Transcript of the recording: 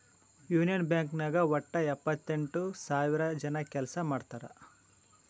union Bank ನಾಗ್ ವಟ್ಟ ಎಪ್ಪತ್ತೆಂಟು ಸಾವಿರ ಜನ ಕೆಲ್ಸಾ ಮಾಡ್ತಾರ್